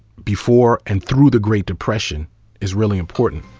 before and through the great depression is really important.